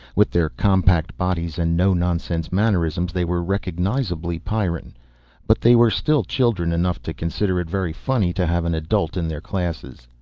with their compact bodies and no-nonsense mannerisms they were recognizably pyrran. but they were still children enough to consider it very funny to have an adult in their classes.